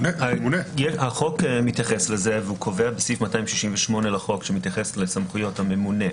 החוק מתייחס לזה וקובע בסעיף 268 לסמכויות הממונה,